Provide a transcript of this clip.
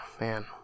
man